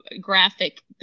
graphic